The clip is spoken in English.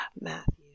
Matthew